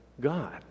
God